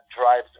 drives